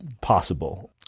possible